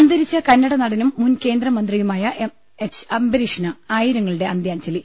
അന്തരിച്ച കന്നട നടനും മുൻകേന്ദ്രമന്ത്രിയുമായ എം എച്ച് അംബ രീഷിന് ആയിരങ്ങളുടെ അന്ത്യാഞ്ജലി